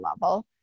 level